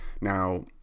Now